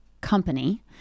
company